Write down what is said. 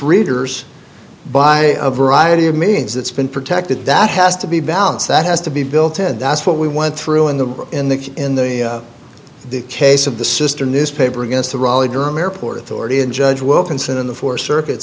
readers by a variety of means that's been protected that has to be balance that has to be built and that's what we went through in the in the in the case of the sister newspaper against the raleigh durham airport authority and judge wilkinson in the fourth circuit